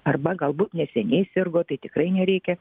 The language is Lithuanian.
arba galbūt neseniai sirgo tai tikrai nereikia